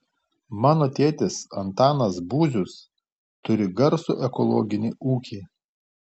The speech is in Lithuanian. mano tėtis antanas būzius turi garsų ekologinį ūkį